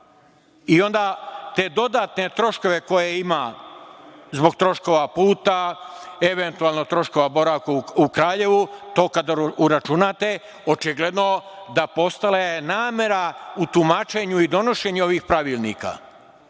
i onda te dodatne troškove koje ima zbog troškova puta, eventualno troškova boravka u Kraljevo, kada to uračunate, očigledno da je postojala namera u tumačenju i donošenju ovih pravilnika. Neko